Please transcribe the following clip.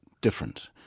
different